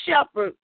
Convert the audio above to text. Shepherd